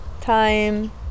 time